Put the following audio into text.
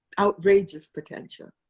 outrageous potential.